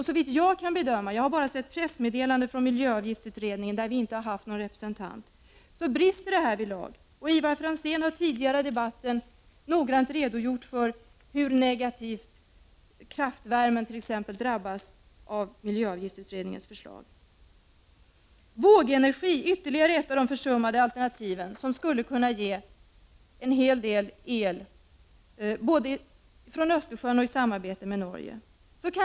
Såvitt jag kan bedöma — jag har endast sett pressmeddelanden från miljöavgiftsutredningen där vpk inte haft någon representant — brister det härvidlag. Ivar Franzén har här tidigare i debatten noggrant redogjort för hur t.ex. kraftvärmen drabbas negativt av miljöavgiftsutredningens förslag. Vågenergi är ytterligare ett av de försummade alternativen, som både i samarbete med Norge och från Östersjön skulle kunna ge en hel del el.